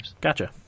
Gotcha